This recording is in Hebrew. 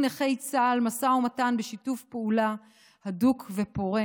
נכי צה"ל משא ומתן בשיתוף פעולה הדוק ופורה,